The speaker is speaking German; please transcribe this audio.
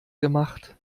gemacht